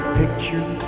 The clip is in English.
picture